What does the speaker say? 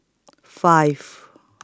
five